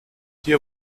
hier